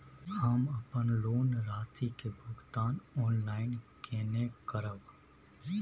हम अपन लोन राशि के भुगतान ऑनलाइन केने करब?